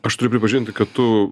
aš turiu pripažinti kad tu